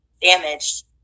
damaged